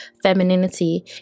femininity